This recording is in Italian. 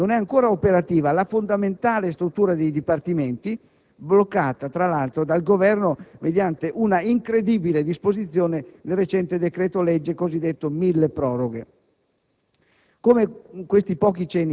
Ad esempio, nel CNR non è ancora operativa la fondamentale struttura dei Dipartimenti (bloccata, tra l'altro, dal Governo mediante una incredibile disposizione nel recente decreto-legge cosiddetto mille proroghe).